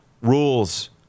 Rules